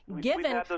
given